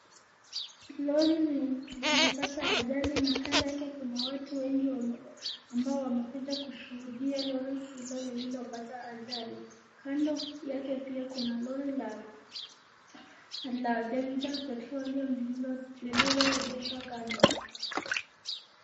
Lori limepata ajali na kando yake kuna watu wengi ambao wamekuja kushuhudia lori hilo lililopata ajali. Kando yake pia kuna lori la danger petroleum lililoegeshwa kando.